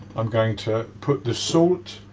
i'm going to put the salt